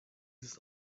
ist